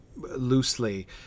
Loosely